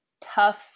tough